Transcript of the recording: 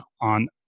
on